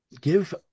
give